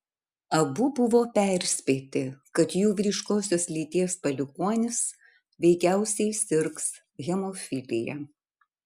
abu buvo perspėti kad jų vyriškosios lyties palikuonis veikiausiai sirgs hemofilija